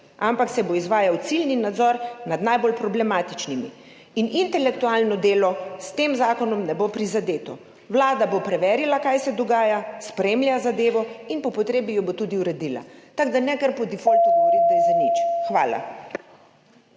ampak se bo izvajal ciljni nadzor nad najbolj problematičnimi. Intelektualno delo s tem zakonom ne bo prizadeto. Vlada bo preverila, kaj se dogaja, spremlja zadevo in po potrebi jo bo tudi uredila, tako da ne kar po defaultu govoriti, da je zanič. Hvala.